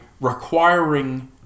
requiring